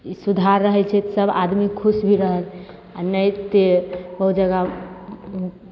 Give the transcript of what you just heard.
सुधार रहैत छै तऽ सब आदमी खुश भी रहै आ न्हूइ तऽ ओ जगह